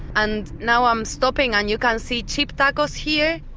and now i'm stopping and you can see cheap tacos here,